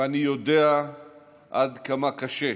ואני יודע עד כמה קשה,